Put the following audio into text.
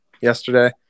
yesterday